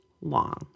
long